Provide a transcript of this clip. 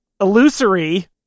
illusory